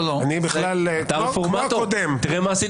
כמו הקודם.